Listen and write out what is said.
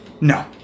No